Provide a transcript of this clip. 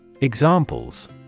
Examples